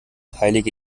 heilige